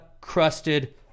crusted